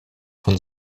von